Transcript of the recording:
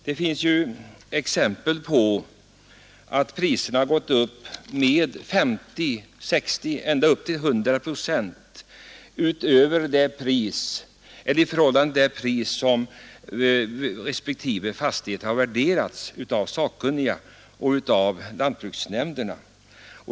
Det finns exempel på att priserna gått upp med 50, 60 och ända upp till 100 procent i förhållande till det pris som respektive fastighet värderats till av sakkunniga och av lantbruksnämnderna.